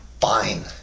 fine